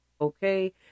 okay